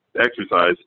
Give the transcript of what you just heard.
exercise